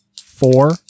Four